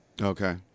Okay